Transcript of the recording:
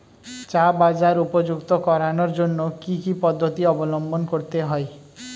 চা বাজার উপযুক্ত করানোর জন্য কি কি পদ্ধতি অবলম্বন করতে হয়?